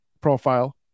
profile